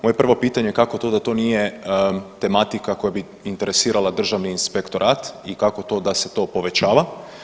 Moje prvo pitanje je kako to da to nije tematika koja bi interesirala Državni inspektorat i kako to da se to povećava?